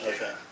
Okay